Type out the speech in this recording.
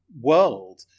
world